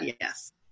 yes